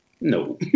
no